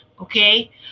okay